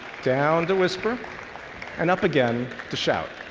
down to whisper and up again to shout.